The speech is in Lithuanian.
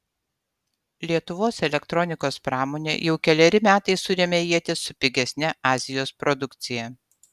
lietuvos elektronikos pramonė jau keleri metai suremia ietis su pigesne azijos produkcija